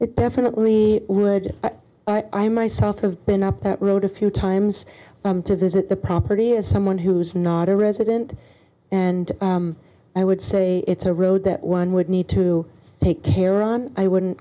it definitely would i myself have been up that road a few times to visit the property of someone who's not a resident and i would say it's a road that one would need to take care on i wouldn't